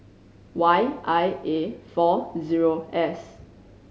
Y I A four zero S